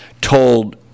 told